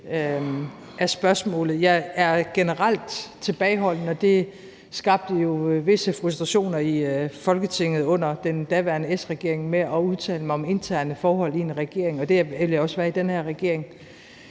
Jeg er generelt tilbageholdende – og det skabte jo visse frustrationer i Folketinget under den daværende S-regering – med at udtale mig om interne forhold i en regering, og det vil jeg også være i den her regering.